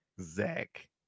zach